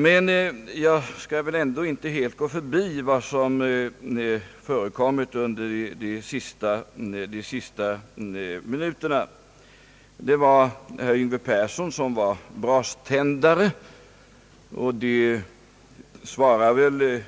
Men jag skall väl ändå inte helt gå förbi vad som har förekommit under de sista minuterna. Herr Yngve Persson var braständare, och det svarar förmodligen